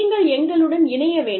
நீங்கள் எங்களுடன் இணைய வேண்டும்